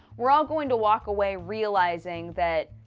we're all going to walk away realizing that.